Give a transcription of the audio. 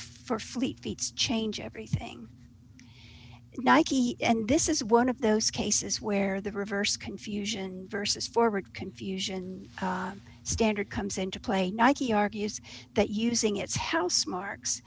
for fleet feet's change everything nike and this is one of those cases where the reverse confusion vs forward confusion standard comes into play nike argues that using its house mar